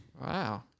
Wow